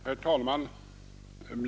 Herr talman!